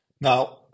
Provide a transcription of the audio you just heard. Now